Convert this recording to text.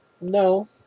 no